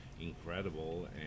incredible